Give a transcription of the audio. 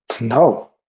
No